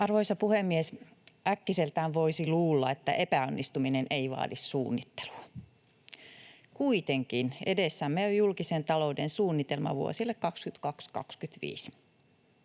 Arvoisa puhemies! Äkkiseltään voisi luulla, että epäonnistuminen ei vaadi suunnittelua. Kuitenkin edessämme on julkisen talouden suunnitelma vuosille 2022—25.